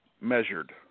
measured